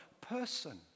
person